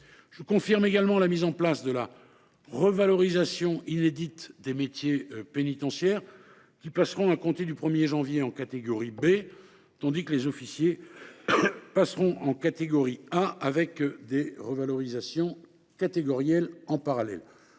Je confirme de même la mise en place de la revalorisation inédite des métiers pénitentiaires, qui passeront à compter du 1 janvier en catégorie B, tandis que les officiers passeront en catégorie A, avec des revalorisations catégorielles en parallèle.